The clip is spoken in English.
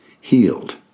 healed